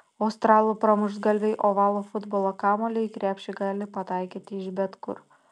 australų pramuštgalviai ovalų futbolo kamuolį į krepšį gali pataikyti iš bet kur